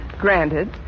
Granted